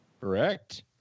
Correct